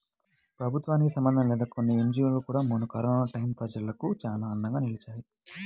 ప్రభుత్వానికి సంబంధం లేని కొన్ని ఎన్జీవోలు కూడా మొన్న కరోనా టైయ్యం ప్రజలకు చానా అండగా నిలిచాయి